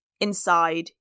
inside